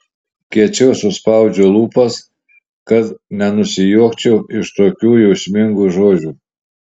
kiečiau suspaudžiu lūpas kad nenusijuokčiau iš tokių jausmingų žodžių